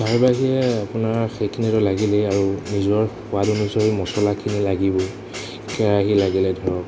তাৰ বাহিৰে আপোনাৰ সেইখিনিতো লাগিলেই আৰু নিজৰ সোৱাদ অনুযায়ী মছলাখিনি লাগিবই কেৰাহী লাগিলে ধৰক